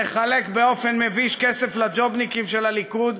נחלק באופן מביש כסף לג'ובניקים של הליכוד,